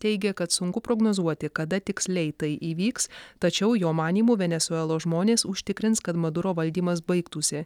teigia kad sunku prognozuoti kada tiksliai tai įvyks tačiau jo manymu venesuelos žmonės užtikrins kad maduro valdymas baigtųsi